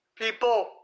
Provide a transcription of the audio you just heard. People